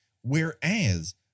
Whereas